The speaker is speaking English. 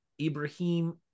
Ibrahim